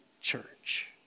church